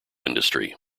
industry